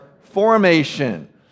formation